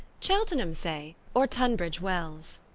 cheltenham, say, or tunbridge wells.